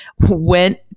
went